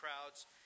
crowds